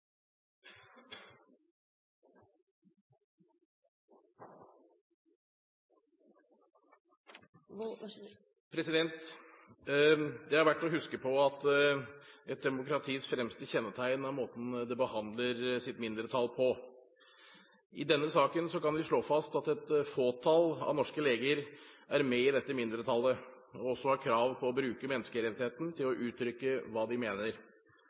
måten det behandler sitt mindretall på. I denne saken kan vi slå fast at et fåtall av norske leger er med i dette mindretallet og også har krav på å bruke menneskerettigheten til å uttrykke hva de mener,